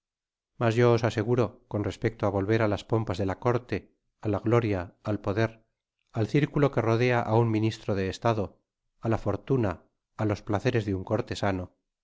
mas yo os aseguro con respecto á volver á las pompas de la corte á la gloria al poder al circulo que rodea á un ministro de estado á la fortuna á los placeres de un cortesano